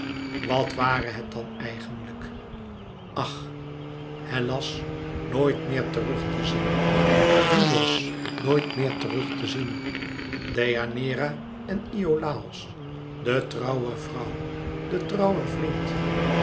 wat ware het dan eigenlijk ach hellas nooit meer terug te zien hyllos nooit meer terug te zien deianeira en iolàos de trouwe vrouw den trouwen vriend